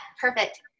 perfect